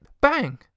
Bang